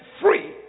free